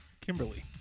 Kimberly